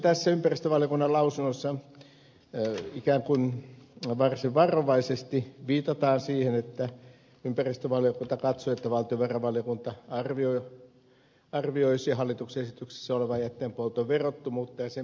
tässä ympäristövaliokunnan lausunnossa ikään kuin varsin varovaisesti viitataan siihen että ympäristövaliokunta katsoo että valtiovarainvaliokunta arvioisi hallituksen esityksessä olevan jätteenpolton verottomuutta ja sen perusteita